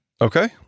Okay